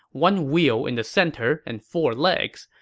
one wheel in the center and four legs.